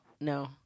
no